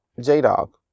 J-Dog